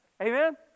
Amen